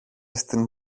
στην